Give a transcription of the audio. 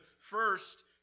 first